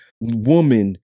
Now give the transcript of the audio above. woman